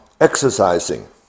exercising